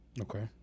Okay